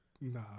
Nah